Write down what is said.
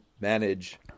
manage